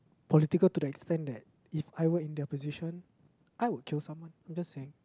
political to the extent that if I were in their position I would kill someone I'm just saying